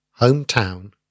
hometown